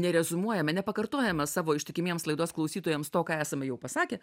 nereziumuojame nepakartojame savo ištikimiems laidos klausytojams to ką esame jau pasakę